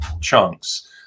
chunks